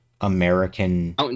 American